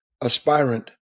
aspirant